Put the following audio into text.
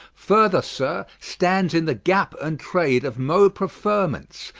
further sir, stands in the gap and trade of moe preferments,